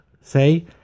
say